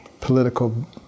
political